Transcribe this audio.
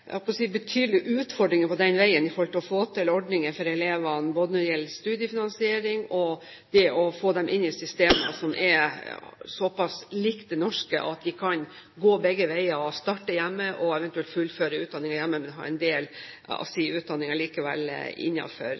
betydelige utfordringer på den veien for å få til ordninger for elevene både når det gjelder studiefinansiering, og det å få dem inn i systemer som er såpass likt det norske at de kan gå begge veier, at de kan starte hjemme og eventuelt fullføre utdanningen hjemme, men allikevel ha en del av sin utdanning